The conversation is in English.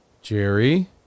Jerry